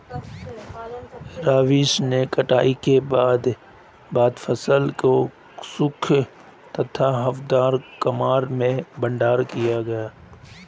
रवीश ने कटाई के बाद फसल को सूखे तथा हवादार कमरे में भंडारण किया